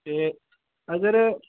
ते अगर